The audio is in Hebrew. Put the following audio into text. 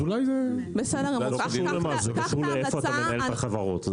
זה קשור למקום בו אתה מנהל את החברות.